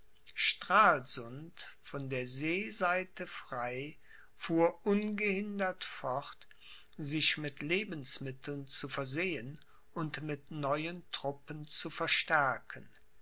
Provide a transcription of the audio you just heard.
stralsund von der seeseite frei fuhr ungehindert fort sich mit lebensmitteln zu versehen und mit neuen truppen zu verstärken